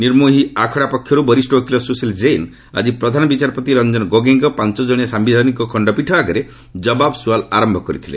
ନିର୍ମୋହି ଆଖଡ଼ା ପକ୍ଷର୍ ବରିଷ୍ଠ ଓକିଲ ସ୍ତଶୀଲ ଜେନ୍ ଆଜି ପ୍ରଧାନ ବିଚାରପତି ରଞ୍ଜନ ଗୋଗୋଇଙ୍କ ପାଞ୍ଚ ଜଣିଆ ସାୟିଧାନିକ ଖଣ୍ଡପୀଠ ଆଗରେ ଜବାବ ସ୍ରଆଲ୍ ଆରମ୍ଭ କରିଥିଲେ